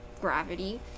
gravity